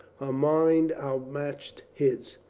mind outmatched his.